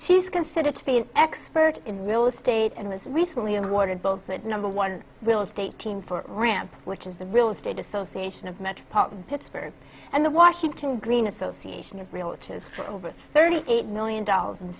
she's considered to be an expert in real estate and was recently awarded both the number one real estate team for ramp which is the real estate association of metropolitan pittsburgh and the washington green association of realtors for over thirty eight million dollars in